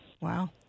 Wow